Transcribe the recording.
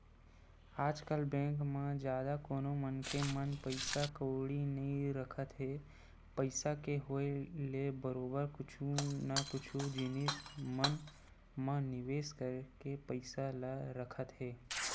आजकल बेंक म जादा कोनो मनखे मन पइसा कउड़ी नइ रखत हे पइसा के होय ले बरोबर कुछु न कुछु जिनिस मन म निवेस करके पइसा ल रखत हे